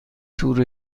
تور